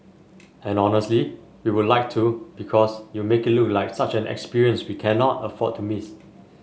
and honestly we would like to because you make it look like such an experience we cannot afford to miss